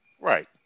Right